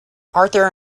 arthur